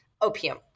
opium